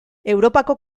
europako